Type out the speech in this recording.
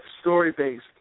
story-based